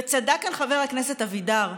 וצדק כאן חבר הכנסת אבידר,